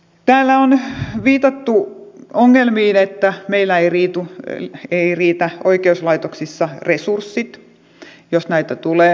täällä on viitattu ongelmiin että meillä eivät riitä oikeuslaitoksissa resurssit jos näitä tulee